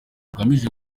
ugamije